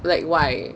like why